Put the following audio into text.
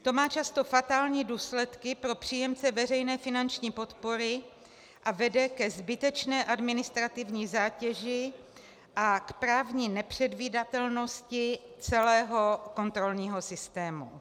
To má často fatální důsledky pro příjemce veřejné finanční podpory a vede ke zbytečné administrativní zátěži a právní nepředvídatelnosti celého kontrolního systému.